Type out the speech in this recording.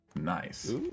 Nice